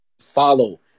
Follow